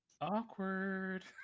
Awkward